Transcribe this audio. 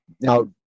Now